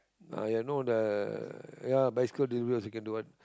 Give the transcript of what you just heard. ah I know the ya bicycle delivery also can do what